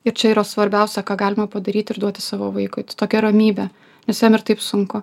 ir čia yra svarbiausia ką galima padaryti ir duoti savo vaikui tai tokią ramybę nes jam ir taip sunku